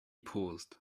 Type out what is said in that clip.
paused